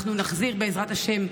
בעזרת השם,